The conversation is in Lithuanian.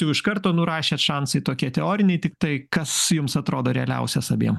jau iš karto nurašėt šansai tokie teoriniai tiktai kas jums atrodo realiausias abiem